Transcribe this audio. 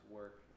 work